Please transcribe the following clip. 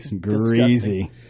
greasy